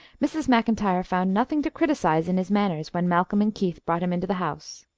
mrs. macintyre found nothing to criticise in his manners when malcolm and keith brought him into the house.